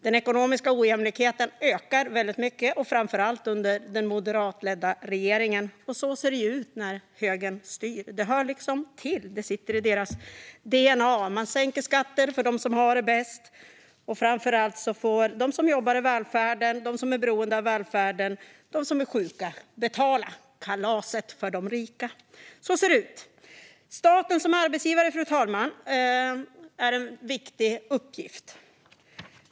Den ekonomiska ojämlikheten har ökat mycket, framför allt under den moderatledda regeringen. Så ser det ju ut när högern styr. Det hör liksom till. Det sitter i deras dna. De sänker skatter för dem som har det bäst, och de som får betala kalaset för de rika är framför allt de som jobbar i välfärden, de som är beroende av välfärden och de sjuka. Så ser det ut. Staten har en viktig uppgift som arbetsgivare.